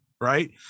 Right